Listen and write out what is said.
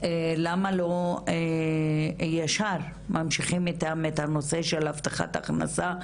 למה לא ישר ממשיכים איתם את הנושא של הבטחת הכנסה,